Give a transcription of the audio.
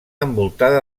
envoltada